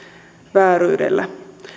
vääryydellä